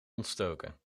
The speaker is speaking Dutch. ontstoken